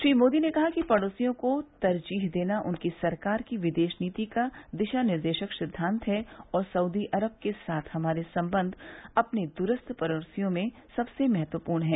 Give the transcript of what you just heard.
श्री मोदी ने कहा कि पड़ोसियों को तरजीह देना उनकी सरकार की विदेश नीति का दिशा निर्देशक सिद्वांत है और सऊदी अरब के साथ हमारे संबंध अपने दूस्थ पड़ोसियों में सबसे महत्वपूर्ण हैं